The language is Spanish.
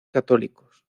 católicos